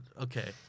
okay